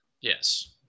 Yes